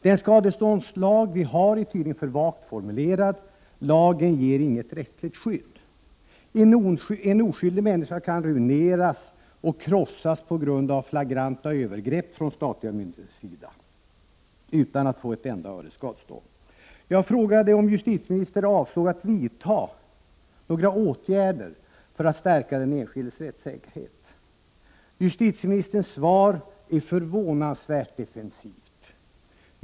Den skadeståndslag vi har är tydligen för vagt formulerad. Den ger inte tillräckligt skydd. En oskyldig människa kan ruineras och krossas på grund av flagranta övergrepp från statliga myndigheter utan att få ett enda öre i skadestånd. Jag frågade om justitieministern avsåg att vidta några åtgärder för att stärka den enskildes rättssäkerhet. Justitieministerns svar är förvånansvärt defensivt.